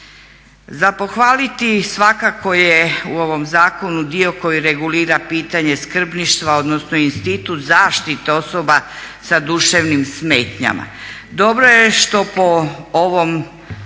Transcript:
Za pohvaliti svakako je u ovom zakonu dio koji regulira pitanje skrbništva odnosno institut zaštite osoba sa duševnim smetnjama. Dobro je što po ovom, da